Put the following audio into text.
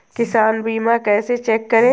किसान बीमा कैसे चेक करें?